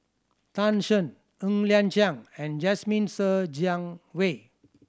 Tan Shen Ng Liang Chiang and Jasmine Ser Jiang Wei